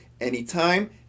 anytime